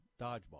dodgeball